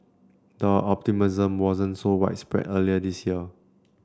the optimism wasn't so widespread earlier this year